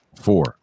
four